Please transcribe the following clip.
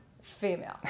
female